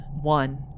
one